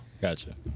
gotcha